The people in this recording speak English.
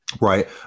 Right